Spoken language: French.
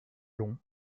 long